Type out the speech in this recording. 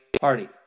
party